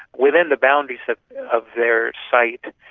within the boundaries of of their site,